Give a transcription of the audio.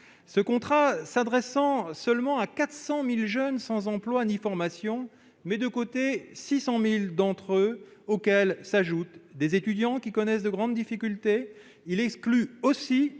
Ce contrat s'adresse seulement à 400 000 jeunes sans emploi ni formation ; il met donc de côté 600 000 d'entre eux, auxquels s'ajoutent les étudiants qui connaissent de grandes difficultés. Il exclut aussi